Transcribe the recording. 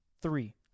Three